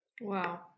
Wow